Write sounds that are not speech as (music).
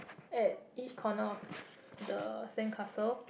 at each corner of (breath) the sandcastle